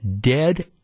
dead